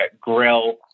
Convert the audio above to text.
grill